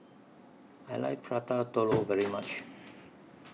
I like Prata Telur very much